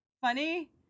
funny